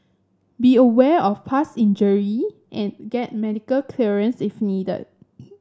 be aware of past injury and get medical clearance if needed